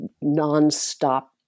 non-stop